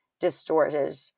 distorted